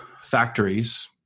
factories